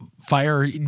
fire